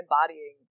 embodying